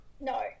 No